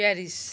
Paris